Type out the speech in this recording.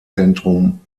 zentrum